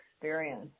experience